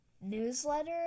newsletter